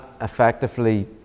effectively